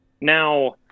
Now